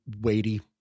weighty